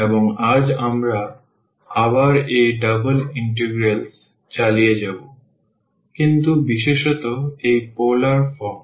এবং আজ আমরা আবার এই ডাবল ইন্টিগ্রালস চালিয়ে যাব কিন্তু বিশেষত এই পোলার ফর্ম